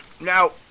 Now